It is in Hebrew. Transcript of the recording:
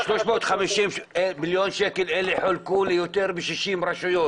ה-350 מיליון שקלים חולקו ליותר מ-60 רשויות.